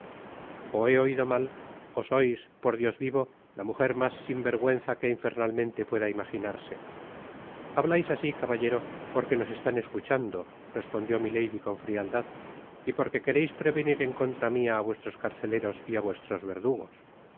oido mal ó sois por dios vivo la mujer mas sin vergüenza que infernalmente pueda imaginarse hablais asi caballero porque nos están escuchando respondió milady con frialdad y porque quereis prevenir en contra mia á vuestros carceleros y á vuestros verdugos